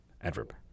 Adverb